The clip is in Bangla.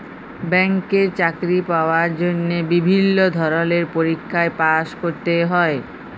ব্যাংকে চাকরি পাওয়ার জন্হে বিভিল্য ধরলের পরীক্ষায় পাস্ ক্যরতে হ্যয়